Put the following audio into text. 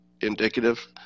indicative